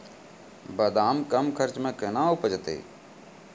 बादाम कम खर्च मे कैना उपजते?